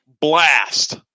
blast